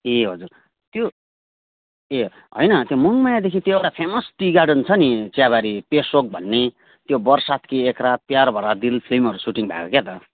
ए हजुर त्यो ए होइन त्यो मङमायादेखि त्यो एउटा फेमस टी गार्डन छ नि चियाबारी पेशोक भन्ने यो वर्षातकी एक रात प्यार भरा दिल फिल्महरू सुटिङ भएको क्या त